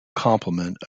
complement